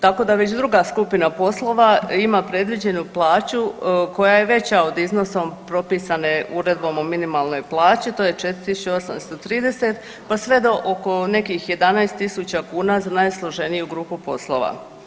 Tako da već druga skupina poslova ima predviđenu plaću koja je veća od iznosom propisane uredbom o minimalnoj plaći to je 4.830, pa sve do oko nekih 11.000 kuna za najsloženiju grupu poslova.